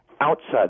outside